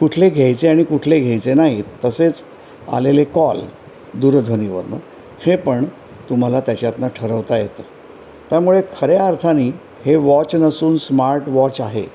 कुठले घ्यायचे आणि कुठले घ्यायचे नाहीत तसेच आलेले कॉल दूरध्वनीवरुन हे पण तुम्हाला त्याच्यातनं ठरवता येतं त्यामुळे खऱ्या अर्थानी हे वॉच नसून स्मार्ट वॉच आहे